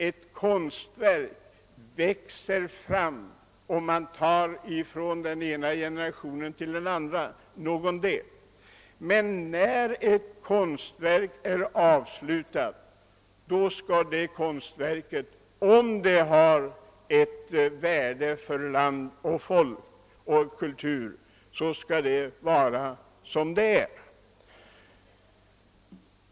Ett konstverk växer fram under en process, där konstnären tar någon del från en gången generation och. en del från sin egen. Men när konstverket väl är färdigt, så skall det, om det har ett värde för landet, folket och kulturen, vara som det är! '.